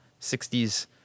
60s